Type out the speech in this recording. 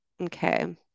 okay